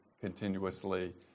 continuously